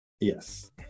Yes